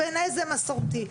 בעיניי זה מסורתי.